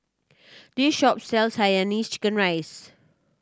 this shop sells Hainanese chicken rice